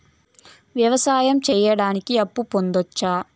వ్యవసాయం సేయడానికి అప్పు పొందొచ్చా?